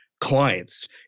clients